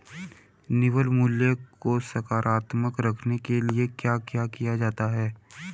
निवल मूल्य को सकारात्मक रखने के लिए क्या क्या किया जाता है?